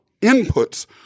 inputs